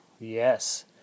Yes